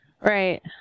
Right